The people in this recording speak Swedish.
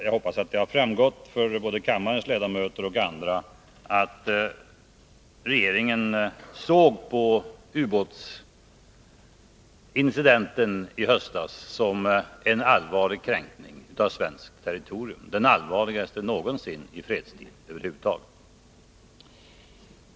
Jag hoppas att det har framgått för både kammarens ledamöter och andra att regeringen betraktar ubåtsincidenten i höstas såsom en allvarlig kränkning av svenskt territorium, den allvarligaste någonsin i fredstid.